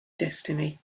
destiny